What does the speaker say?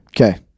Okay